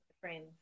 friends